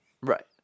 Right